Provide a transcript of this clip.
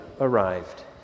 arrived